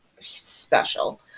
special